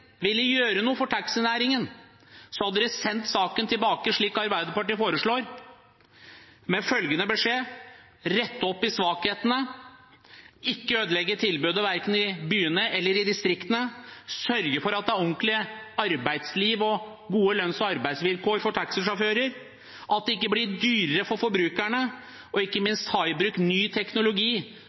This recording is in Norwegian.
ville gjøre noe for taxinæringen, hadde de sendt saken tilbake, slik Arbeiderpartiet foreslår, med følgende beskjed: Rett opp i svakhetene, ikke ødelegg tilbudet, verken i byene eller i distriktene, sørg for at det er ordentlig arbeidsliv og gode lønns- og arbeidsvilkår for taxisjåfører, og at det ikke blir dyrere for forbrukerne, og ta ikke minst i bruk ny teknologi